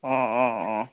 অঁ অঁ অঁ